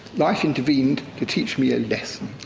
life intervened to teach me a lesson.